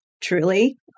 truly